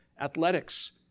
athletics